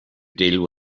deal